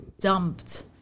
dumped